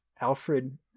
Alfred